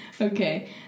Okay